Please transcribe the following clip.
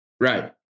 right